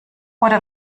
oder